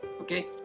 okay